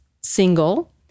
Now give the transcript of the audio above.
single